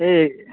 এই